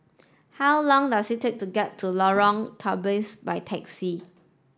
how long does it take to get to Lorong Tawas by taxi